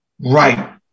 right